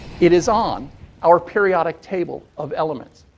it is on our periodic table of elements.